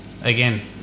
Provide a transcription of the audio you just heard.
again